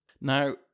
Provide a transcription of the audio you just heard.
Now